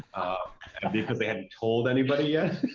because they haven't told anybody yet.